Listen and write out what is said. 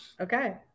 Okay